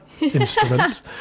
instrument